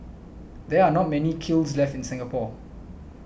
there are not many kilns left in Singapore